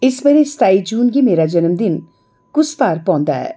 इस ब'रै सताई जून गी मेरा जन्मदिन कुस बार पौंदा ऐ